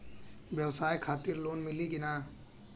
ब्यवसाय खातिर लोन मिली कि ना?